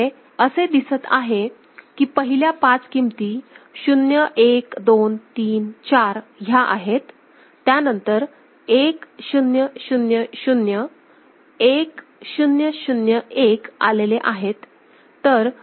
इथे असे दिसत आहे कि पहिल्या पाच किमती 0 1 2 3 4 ह्या आहेत त्यानंतर 1000 1001 आलेले आहेत